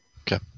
Okay